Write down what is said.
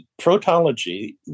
protology